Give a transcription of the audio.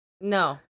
No